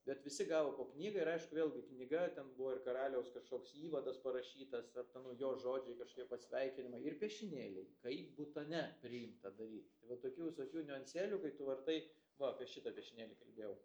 bet visi gavo po knygą ir aišku vėlgi knyga ten buvo ir karaliaus kažkoks įvadas parašytas ar ten jo žodžiai kažkokie pasveikinimai ir piešinėliai kaip butane priimta daryt tai va tokių visokių niuansėlių kai tu vartai va apie šitą piešinėlį kalbėjau